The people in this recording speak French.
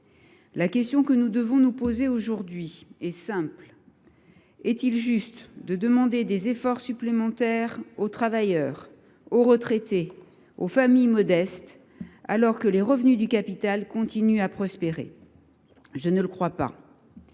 d’activité. Nous devons nous poser une question simple : est il juste de demander des efforts supplémentaires aux travailleurs, aux retraités et aux familles modestes, alors que les revenus du capital continuent à prospérer ? Je ne le crois pas